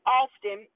often